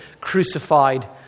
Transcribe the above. crucified